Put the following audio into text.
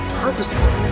purposeful